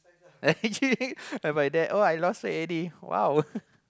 like my dad oh I lost weight already !wow!